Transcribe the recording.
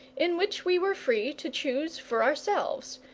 in which we were free to choose for ourselves,